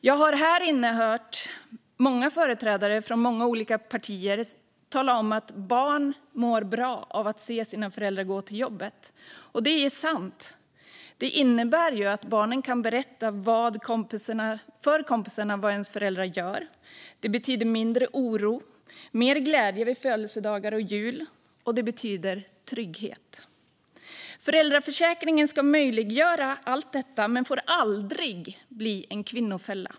Jag har här inne hört många företrädare för många olika partier tala om att barn mår bra av att se sina föräldrar gå till jobbet. Och det är sant. Det innebär att barnet kan berätta för kompisarna vad föräldrarna gör. Det betyder mindre oro, det betyder mer glädje vid födelsedagar och jul och det betyder trygghet. Föräldraförsäkringen ska möjliggöra allt detta men får aldrig bli en kvinnofälla.